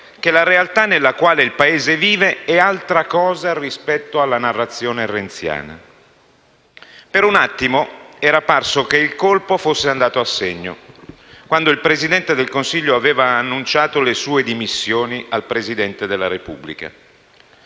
che la realtà nella quale il Paese vive è altra cosa rispetto alla narrazione renziana. Per un attimo era parso che il colpo fosse andato a segno, quando il Presidente del Consiglio aveva annunciato le sue dimissioni al Presidente della Repubblica.